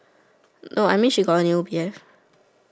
no I mean she got a new B_F